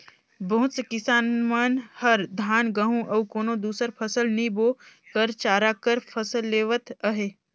बहुत से किसान मन हर धान, गहूँ अउ कोनो दुसर फसल नी बो कर चारा कर फसल लेवत अहे